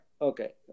Okay